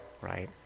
right